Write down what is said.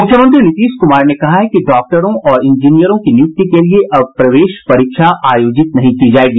मुख्यमंत्री नीतीश कुमार ने कहा है कि डॉक्टरों और इंजीनियरों की नियुक्ति के लिए अब प्रवेश परीक्षा आयोजित नहीं की जायेगी